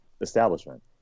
establishment